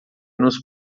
nos